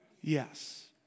Yes